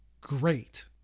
great